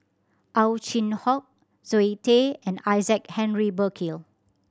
Ow Chin Hock Zoe Tay and Isaac Henry Burkill